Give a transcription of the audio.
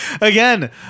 Again